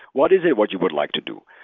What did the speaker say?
what is it what you would like to do?